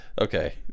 Okay